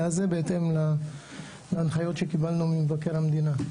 הזה בהתאם להנחיות שקיבלנו ממבקר המדינה.